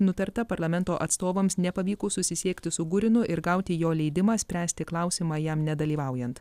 nutarta parlamento atstovams nepavykus susisiekti su gurinu ir gauti jo leidimą spręsti klausimą jam nedalyvaujant